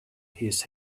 his